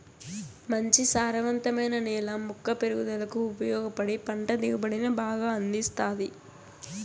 మంచి సారవంతమైన నేల మొక్క పెరుగుదలకు ఉపయోగపడి పంట దిగుబడిని బాగా అందిస్తాది